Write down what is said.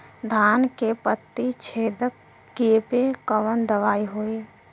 धान के पत्ती छेदक कियेपे कवन दवाई होई?